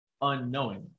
unknowing